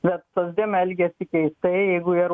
bet socdemai elgiasi keistai jeigu jie ruo